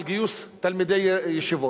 על גיוס תלמידי ישיבות.